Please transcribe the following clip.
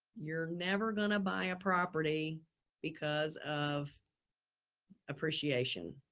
you're never going to buy a property because of appreciation.